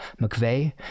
McVeigh